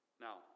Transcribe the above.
Now